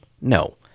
No